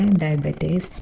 diabetes